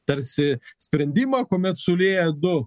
tarsi sprendimą kuomet sulieja du